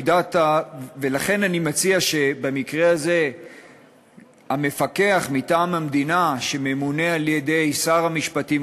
לכן אני מציע שבמקרה הזה המפקח מטעם המדינה שממונה על-ידי שר המשפטים,